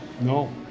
No